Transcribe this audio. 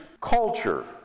culture